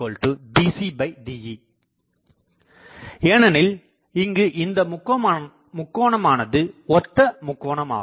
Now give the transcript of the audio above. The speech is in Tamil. ABADBCDE ஏனெனில் இங்கு இந்த முக்கோணமானது ஒத்த முக்கோணம் ஆகும்